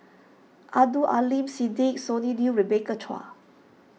Abdul Aleem Siddique Sonny Liew Rebecca Chua